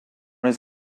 his